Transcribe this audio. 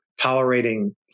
tolerating